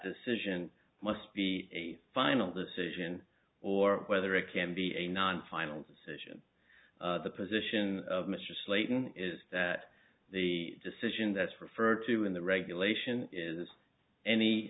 decision must be a final decision or whether it can be a non final decision the position of mr slayton is that the decision that's referred to in the regulation is any